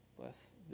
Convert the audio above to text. bless